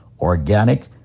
organic